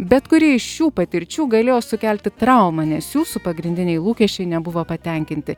bet kuri iš šių patirčių galėjo sukelti traumą nes jūsų pagrindiniai lūkesčiai nebuvo patenkinti